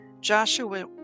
Joshua